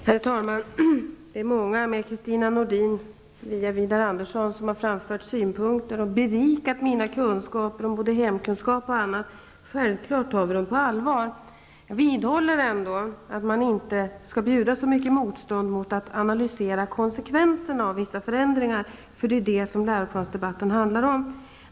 Herr talman! Det är många med Kristina Nordin via Widar Andersson som har framfört synpunkter och berikat mina kunskaper om både hemkunskap och annat. Självfallet tar vi dem på allvar. Jag vidhåller ändå att man inte skall bjuda så mycket motstånd mot att analysera konsekvenserna av vissa förändringar. Det är nämligen det som läroplansdebatten handlar om.